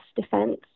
defense